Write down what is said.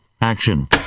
Action